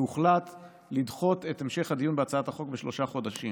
והוחלט לדחות את המשך הדיון בהצעת החוק בשלושה חודשים.